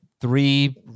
three